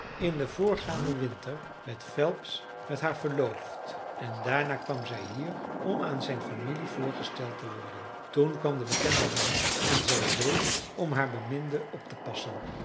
in den voorgaanden winter werd phelps met haar verloofd en daarna kwam zij hier om aan zijn familie voorgesteld te worden toen kwam de bekende ramp en zij bleef om haar beminde op te passen